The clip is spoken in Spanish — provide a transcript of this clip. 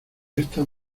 estas